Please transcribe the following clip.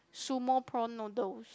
sumo prawn noodle